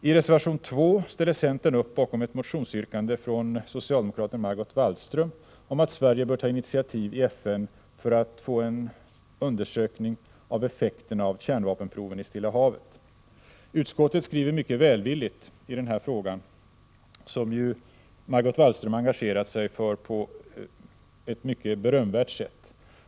I reservation 2 ställer centern upp bakom ett motionsyrkande från socialdemokraten Margot Wallström om att Sverige skall ta initiativ i FN för att få en undersökning av effekterna av kärnvapenproven i Stilla havet. Utskottet skriver mycket välvilligt i denna fråga, som ju Margot Wallström engagerat sig för på ett berömvärt sätt.